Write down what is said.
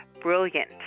brilliant